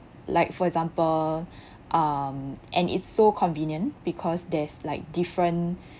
like for example um and it's so convenient because there's like different